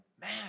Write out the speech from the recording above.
Man